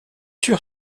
sur